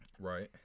Right